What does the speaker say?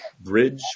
bridge